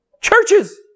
churches